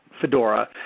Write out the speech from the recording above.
fedora